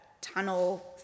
tunnel